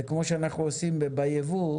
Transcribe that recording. זה כמו שאנחנו עושים ביבוא,